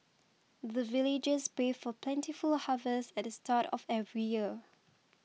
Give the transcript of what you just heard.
the villagers pray for plentiful harvest at the start of every year